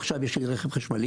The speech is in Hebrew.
עכשיו יש לי רכב חשמלי,